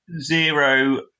zero